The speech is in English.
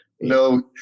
No